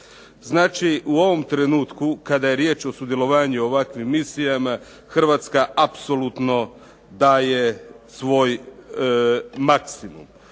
Znači, u ovom trenutku kada je riječ o sudjelovanju u ovakvim misijama Hrvatska apsolutno daje svoj maksimum.